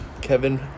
Kevin